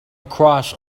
across